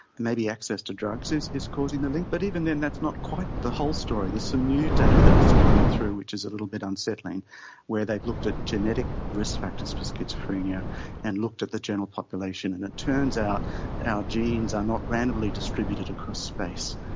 maybe access to drugs is is causing the link, but even then that's not quite the whole story. there's some new data that's coming through which is a little bit unsettling where they've looked at genetic risk factors for schizophrenia and looked at the general population, and it turns out our genes are not randomly distributed across space.